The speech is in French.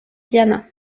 diana